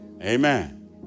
Amen